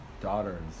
daughters